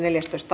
asia